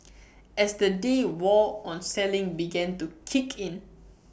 as the day wore on selling began to kick in